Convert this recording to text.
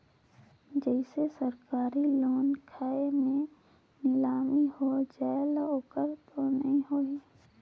जैसे सरकारी लोन खाय मे नीलामी हो जायेल ओकर तो नइ होही?